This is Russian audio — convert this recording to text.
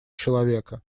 человека